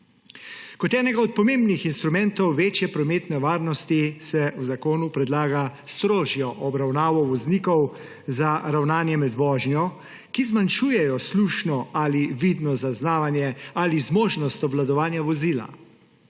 Kot enega od pomembnih instrumentov večje prometne varnosti se v zakonu predlaga strožja obravnava voznikov za ravnanje med vožnjo, ki zmanjšujejo slušno ali vidno zaznavanje ali zmožnost obvladovanja vozila.